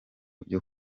byo